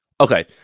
Okay